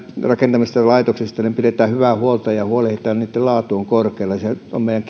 rakentamistamme laitoksista pidetään hyvää huolta ja huolehditaan että niitten laatu on korkealla se on meidän